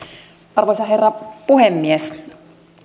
arvoisa herra puhemies